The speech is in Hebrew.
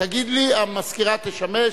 תגיד לי, והמזכירה תשמש,